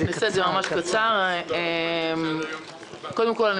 קודם כל,